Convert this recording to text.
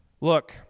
Look